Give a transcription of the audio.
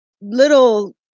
little